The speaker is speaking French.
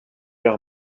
leur